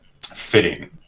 fitting